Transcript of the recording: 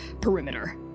perimeter